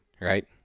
right